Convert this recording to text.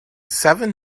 seven